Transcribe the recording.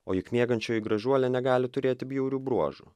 o juk miegančioji gražuolė negali turėti bjaurių bruožų